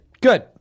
Good